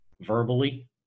verbally